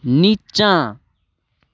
नीचाँ